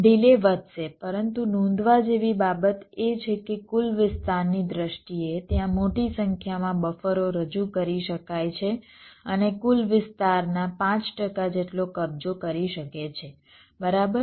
delay વધશે પરંતુ નોંધવા જેવી બાબત એ છે કે કુલ વિસ્તારની દ્રષ્ટિએ ત્યાં મોટી સંખ્યામાં બફરો રજૂ કરી શકાય છે અને તે કુલ વિસ્તારના 5 ટકા જેટલો કબજો કરી શકે છે બરાબર